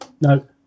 No